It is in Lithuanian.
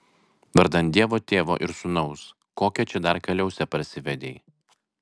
vardan dievo tėvo ir sūnaus kokią čia dar kaliausę parsivedei